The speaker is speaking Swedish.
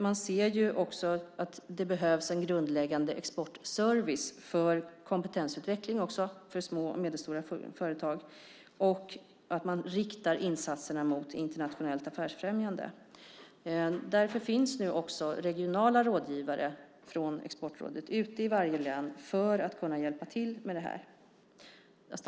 Man ser att det behövs en grundläggande exportservice för kompetensutveckling för små och medelstora företag och att man riktar insatserna mot internationellt affärsfrämjande. Därför finns nu också regionala rådgivare från Exportrådet ute i varje län för att kunna hjälpa till med det.